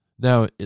Now